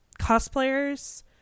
cosplayers